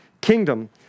Kingdom